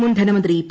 മുൻ ധനമന്ത്രി പി